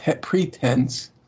pretense